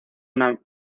una